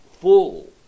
full